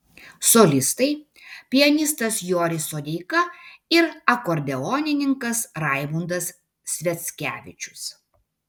solistai pianistas joris sodeika ir akordeonininkas raimundas sviackevičius